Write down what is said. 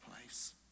place